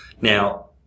Now